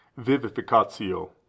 vivificatio